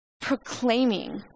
proclaiming